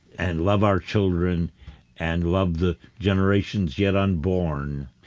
and love our children and love the generations yet unborn,